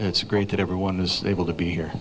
it's great that everyone is able to be here